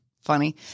funny